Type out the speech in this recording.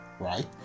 Right